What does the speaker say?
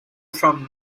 from